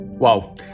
Wow